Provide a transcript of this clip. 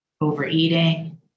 Overeating